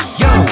yo